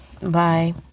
Bye